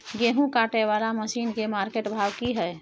गेहूं काटय वाला मसीन के मार्केट भाव की हय?